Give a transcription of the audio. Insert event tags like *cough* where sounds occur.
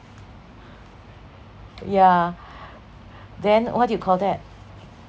yeah *breath* then what do you call that